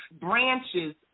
branches